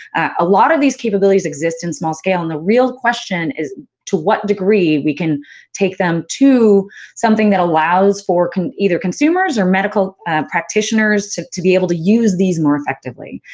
a lot of these capabilities exist in small-scale, and the real question is to what degree we can take them to something that allows for either consumers or medical practitioners to to be able to use these more effectively.